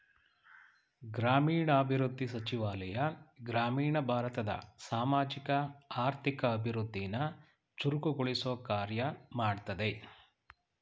ಗ್ರಾಮೀಣಾಭಿವೃದ್ಧಿ ಸಚಿವಾಲಯ ಗ್ರಾಮೀಣ ಭಾರತದ ಸಾಮಾಜಿಕ ಆರ್ಥಿಕ ಅಭಿವೃದ್ಧಿನ ಚುರುಕುಗೊಳಿಸೊ ಕಾರ್ಯ ಮಾಡ್ತದೆ